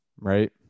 Right